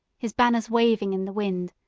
his banners waving in the wind,